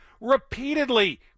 repeatedly